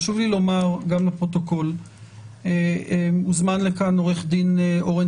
חשוב לי לומר לפרוטוקול שהוזמן לכאן עורך-דין אורן